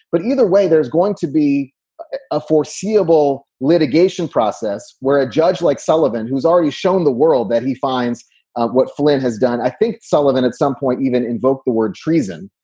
but either way, there's going to be a foreseeable litigation process where a judge like sullivan, who's already shown the world that he finds what flynn has done, i think. sullivan at some point even invoked the word treason,